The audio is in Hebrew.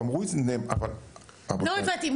היו"ר מירב בן ארי (יו"ר ועדת ביטחון הפנים): לא הבנתי.